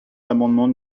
l’amendement